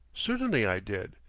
certainly i did.